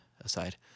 aside